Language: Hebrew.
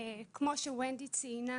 בהמשך למה שוונדי ציינה,